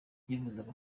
yifuzaga